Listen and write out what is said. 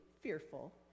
fearful